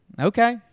Okay